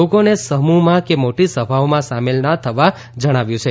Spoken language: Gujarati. લોકોને સમૂહમાં કે મોટી સભાઓમાં સામેલ ના થવા જણાવાયું છે